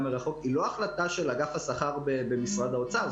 מרחוק היא לא החלטה של אגף השכר במשרד האוצר,